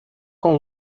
com